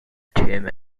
tim